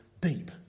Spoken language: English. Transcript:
deep